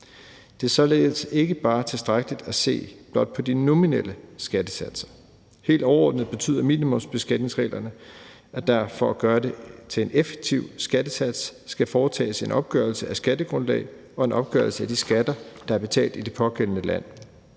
Det er således ikke tilstrækkeligt blot at se på de nominelle skattesatser. Helt overordnet betyder minimumsbeskatningsreglerne, at der for at gøre det til en effektiv skattesats skal foretages en opgørelse af skattegrundlaget og en opgørelse af de skatter, der er betalt i det pågældende land.